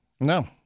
No